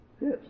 Yes